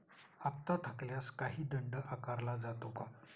हप्ता थकल्यास काही दंड आकारला जातो का?